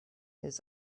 his